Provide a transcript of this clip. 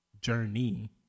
Journey